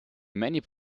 many